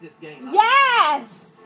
Yes